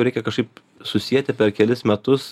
reikia kažkaip susieti per kelis metus